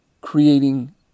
Creating